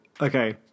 Okay